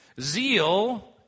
Zeal